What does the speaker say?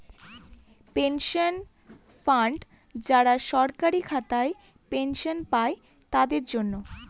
pension fund যারা সরকারি খাতায় পেনশন পাই তাদের জন্য